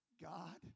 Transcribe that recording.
God